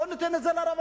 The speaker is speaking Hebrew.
בואו ניתן את זה לרווחה.